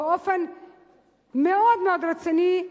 באופן מאוד מאוד רציני,